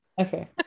okay